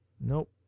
Nope